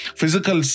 physical